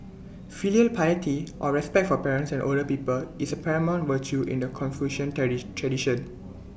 filial piety or respect for parents and older people is A paramount virtue in the Confucian tradition